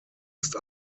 ist